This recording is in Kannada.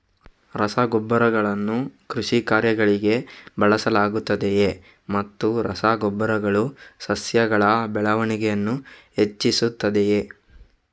ರಸಗೊಬ್ಬರಗಳನ್ನು ಕೃಷಿ ಕಾರ್ಯಗಳಿಗೆ ಬಳಸಲಾಗುತ್ತದೆಯೇ ಮತ್ತು ರಸ ಗೊಬ್ಬರಗಳು ಸಸ್ಯಗಳ ಬೆಳವಣಿಗೆಯನ್ನು ಹೆಚ್ಚಿಸುತ್ತದೆಯೇ?